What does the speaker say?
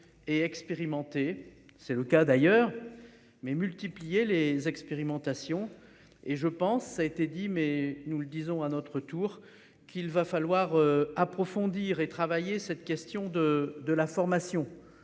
et expérimenté. C'est le cas d'ailleurs. Mais multiplier les expérimentations et je pense, ça a été dit mais nous le disons à notre tour, qu'il va falloir approfondir et travailler cette question de, de la formation